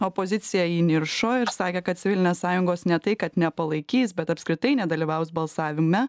opozicija įniršo ir sakė kad civilinės sąjungos ne tai kad nepalaikys bet apskritai nedalyvaus balsavime